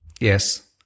Yes